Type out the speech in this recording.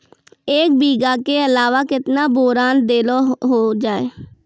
एक बीघा के अलावा केतना बोरान देलो हो जाए?